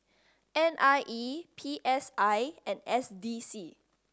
N I E P S I and S D C